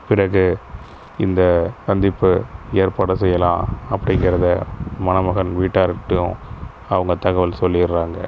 பிறகு இந்த சந்திப்பு ஏற்பாடு செய்யலாம் அப்படிங்கிறத மணமகன் வீட்டார்கிட்டையும் அவங்க தகவல் சொல்லிடுறாங்க